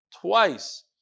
twice